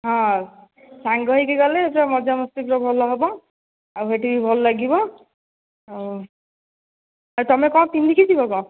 ହଁ ସାଙ୍ଗ ହୋଇକି ଗଲେ ସବୁ ମଜା ମସ୍ତି ସବୁ ଭଲ ହେବ ଆଉ ସେଠି ବି ଭଲ ଲାଗିବ ଆଉ ଆଉ ତୁମେ କ'ଣ ପିନ୍ଧିକି ଯିବ କ'ଣ